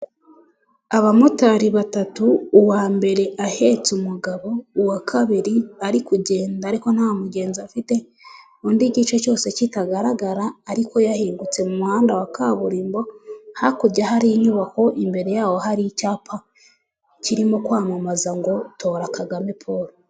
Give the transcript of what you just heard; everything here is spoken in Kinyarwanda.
Abamotari batatu uwa mbere ahetse umugabo, uwa kabiri ari kugenda ariko nta mugenzi afite, undi igice cyose kitagaragara ariko yahingutse mu muhanda wa kaburimbo, hakurya hari inyubako imbere yaho hari icyapa kirimo kwamamaza ngo tora Kagame Polo.